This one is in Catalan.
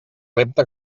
repte